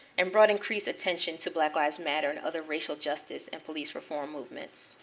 and brought increased attention to black lives matter and other racial justice and police reform movements.